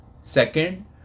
Second